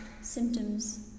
symptoms